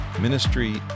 ministry